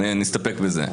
נסתפק בזה.